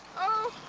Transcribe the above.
oh,